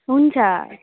हुन्छ